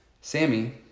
Sammy